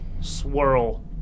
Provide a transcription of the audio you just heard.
swirl